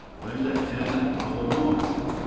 linda m. aboulmouna.